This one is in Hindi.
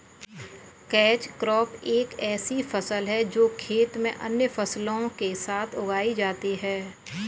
कैच क्रॉप एक ऐसी फसल है जो खेत में अन्य फसलों के साथ उगाई जाती है